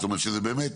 זאת אומרת שזה באמת